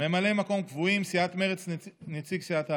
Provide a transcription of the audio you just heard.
ממלאי מקום קבועים: סיעת מרצ, נציג סיעת העבודה.